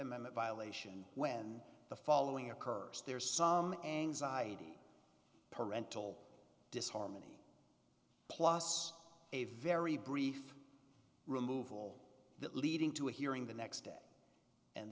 amendment violation when the following occurs there is some anxiety parental disharmony plus a very brief removal that leading to a hearing the next day and